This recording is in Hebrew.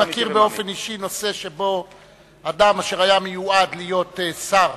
אני מכיר באופן אישי נושא שבו אדם אשר היה מיועד להיות שר,